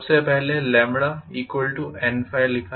सबसे पहले N लिखा